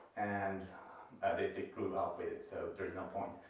and they grew up with it, so there is no point.